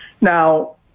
Now